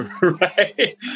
Right